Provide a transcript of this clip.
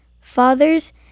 Fathers